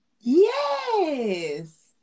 Yes